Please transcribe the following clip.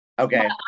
okay